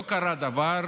לא קרה דבר,